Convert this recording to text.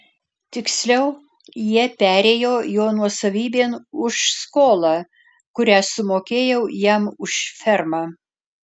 tiksliau jie perėjo jo nuosavybėn už skolą kurią sumokėjau jam už fermą